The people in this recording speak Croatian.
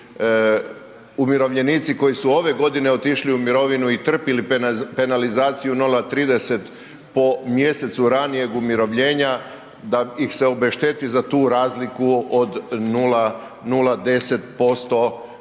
umirovljenici koji su ove godine otišli u mirovinu i trpili penalizaciju 0,30 po mjesecu ranijeg umirovljenja, da ih se obešteti za tu razliku od 0,10% po godini